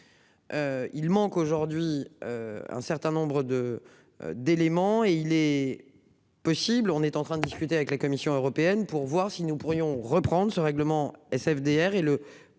Il manque aujourd'hui. Un certain nombre de d'éléments et il est possible, on est en train de discuter avec la Commission européenne pour voir si nous pourrions reprendre ce règlement est-ce FDR et le